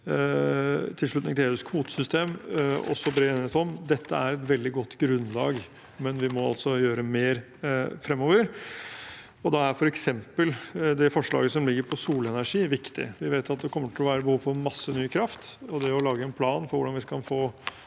tilslutning til EUs kvotesystem er det også bred enighet om. Dette er et veldig godt grunnlag, men vi må altså gjøre mer fremover, og da er f.eks. det forslaget som ligger på solenergi, viktig. Vi vet at det kommer til å være behov for masse ny kraft, og det å lage en plan for hvordan vi skal få